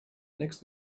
next